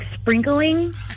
sprinkling